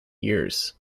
years